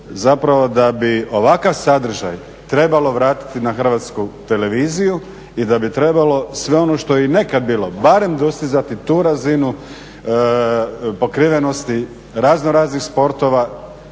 zapravo da bi ovakav sadržaj trebalo vratiti na HRT i da bi trebalo sve ono što je i nekad bilo barem dostizati tu razinu pokrivenosti raznoraznih sportova